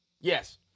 Yes